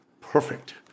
perfect